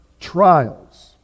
trials